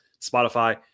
Spotify